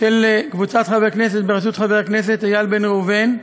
של קבוצת חברי הכנסת בראשות חבר הכנסת איל בן ראובן,